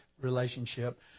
relationship